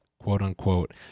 quote-unquote